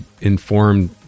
informed